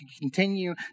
continue